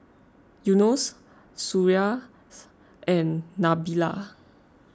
Yunos Suria and Nabila